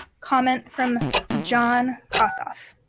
comment from jon kosoff.